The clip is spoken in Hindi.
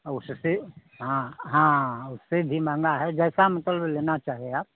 उसपे हाँ हाँ उससे भी महँगा है जैसा मतलब लेना चाहे आप